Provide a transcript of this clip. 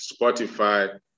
Spotify